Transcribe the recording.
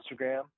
Instagram